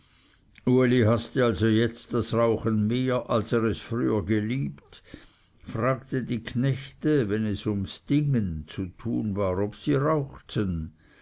uli haßte also jetzt das rauchen mehr als er es früher geliebt fragte die knechte wenn es ums dingen zu tun war ob sie rauchten